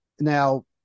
Now